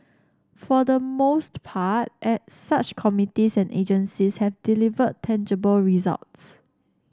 for the most part at such committees and agencies have delivered tangible results